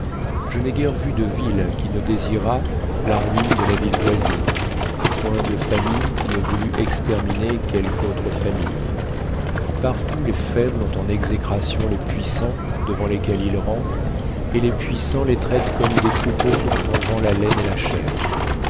je n'ai guère vu de ville qui ne désirât la ruine de la ville voisine point de famille qui ne voulût exterminer quelque autre famille partout les faibles ont en exécration les puissants devant lesquels ils rampent et les puissants les traitent comme des troupeaux dont on vend la laine et la chair